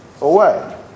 away